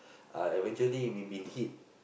uh eventually we've been hit